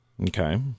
Okay